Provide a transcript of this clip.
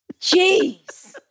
Jeez